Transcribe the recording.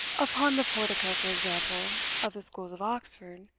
upon the portico, for example, of the schools of oxford,